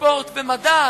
ספורט ומדע,